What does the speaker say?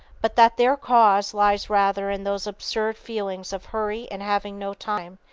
but that their cause lies rather in those absurd feelings of hurry and having no time,